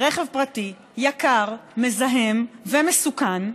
ברכב פרטי יקר, מזהם ומסוכן.